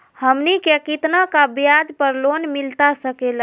हमनी के कितना का ब्याज पर लोन मिलता सकेला?